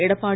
Edappadi